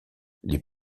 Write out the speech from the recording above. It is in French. les